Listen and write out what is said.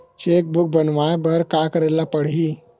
Cheque book बनवाय बर का करे ल पड़हि?